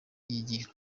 yigira